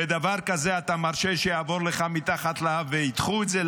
ודבר כזה אתה מרשה שיעבור לך מתחת לאף וידחו את זה?